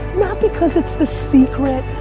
not because it's the secret,